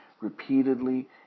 repeatedly